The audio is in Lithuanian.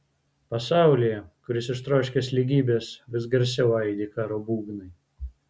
pasaulyje kuris ištroškęs lygybės vis garsiau aidi karo būgnai